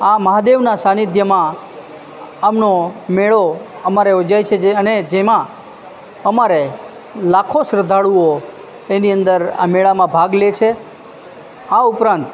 આ મહાદેવનાં સાંનિધ્યમાં આમનો મેળો અમારે યોજાય છે અને જેમાં અમારે લાખો શ્રદ્ધાળુઓ એની અંદર આ મેળામાં ભાગ લે છે આ ઉપરાંત